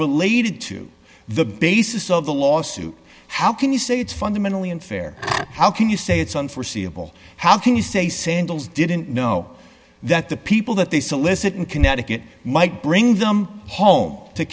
related to the basis of the lawsuit how can you say it's fundamentally unfair how can you say it's unforeseeable how can you say sandals didn't know that the people that they solicit in connecticut might bring them home to